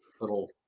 little